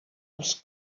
els